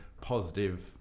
positive